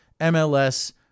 MLS